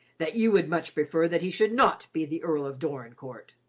that you would much prefer that he should not be the earl of dorincourt.